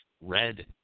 red